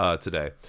today